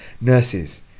nurses